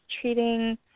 treating